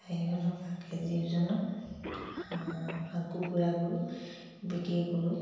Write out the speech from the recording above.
চাৰিশ টকা কেজিৰ ওজনত কুকুৰাবোৰ বিক্ৰী কৰোঁ